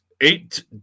Eight